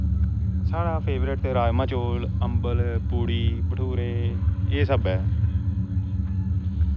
साढ़ा फेबरट ते राजमा चौल अम्बल पूड़ी भठूरे एह् सब ऐ